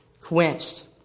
quenched